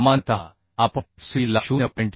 सामान्यतः आपण fcd ला 0